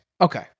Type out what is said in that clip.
Okay